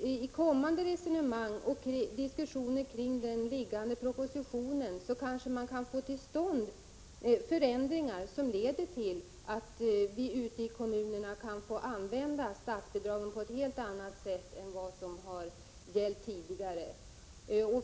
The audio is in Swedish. i kommande resonemang och diskussioner kring propositionen kanske kan få till stånd förändringar, som leder till att kommunerna kan få använda statsbidragen på ett helt annat sätt än vad som har gällt tidigare.